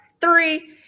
three